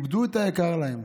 הן איבדו את היקר להם,